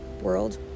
world